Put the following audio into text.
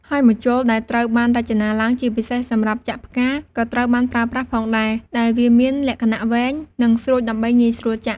ហើយម្ជុលដែលត្រូវបានរចនាឡើងជាពិសេសសម្រាប់ចាក់ផ្កាក៏ត្រូវបានប្រើប្រាស់ផងដែរ ដែលវាមានលក្ខណៈវែង និងស្រួចដើម្បីងាយស្រួលចាក់។